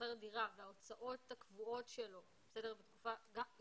שוכר דירה וההוצאות הקבועות שלו נמשכות